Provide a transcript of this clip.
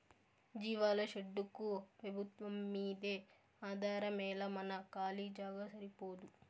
జీవాల షెడ్డుకు పెబుత్వంమ్మీదే ఆధారమేలా మన కాలీ జాగా సరిపోదూ